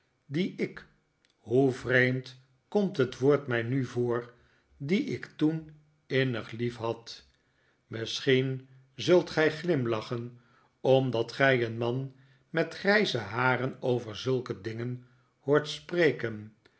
die ik hoe vreemd komt het woord mij nu voor die ik toen innig liefhad misschien zult gij glimlachen omdat gij een man met grijze haren over zulke dingen hoort spreken